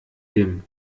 dem